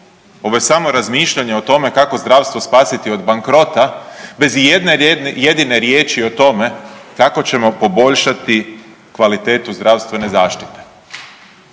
Ovo je samo razmišljanje o tome kako zdravstvo spasiti od bankrota bez ijedne jedine riječi o tome kako ćemo poboljšati kvalitetu zdravstvene zaštite.